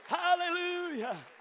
hallelujah